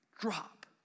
Drop